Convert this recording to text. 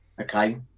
Okay